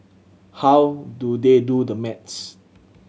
how do they do the maths